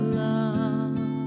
love